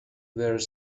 were